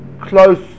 close